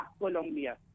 Colombia